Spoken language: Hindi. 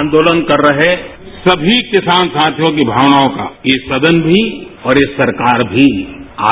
आंदोलन कर रहे सभी किसान साथियों की भावनाओं का यह सदन भी और यह सरकार भी